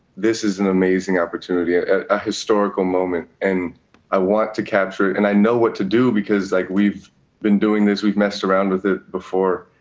this is an amazing opportunity, a ah historical moment, and i want to capture it. and i know what to do because, like, we've been doing this, we've messing around with it before.